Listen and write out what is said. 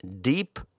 deep